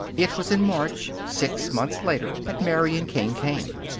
it was in march, six months later, that marian king came.